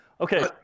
Okay